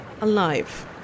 alive